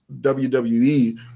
WWE